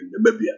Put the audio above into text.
Namibia